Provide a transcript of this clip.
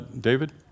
David